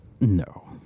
No